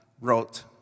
wrote